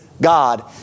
God